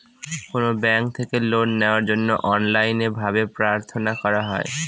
কোনো ব্যাঙ্ক থেকে লোন নেওয়ার জন্য অনলাইনে ভাবে প্রার্থনা করা হয়